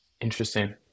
Interesting